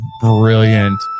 brilliant